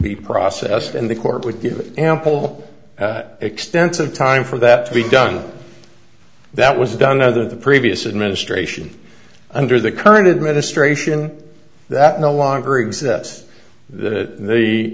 the process and the court would give ample extensive time for that to be done that was done other the previous administration under the current administration that no longer exists that the